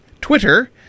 Twitter